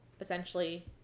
essentially